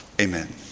Amen